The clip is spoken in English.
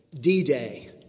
D-Day